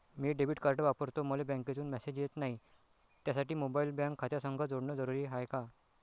मी debit card वापरतो मले बँकेतून मॅसेज येत नाही, त्यासाठी मोबाईल बँक खात्यासंग जोडनं जरुरी हाय का?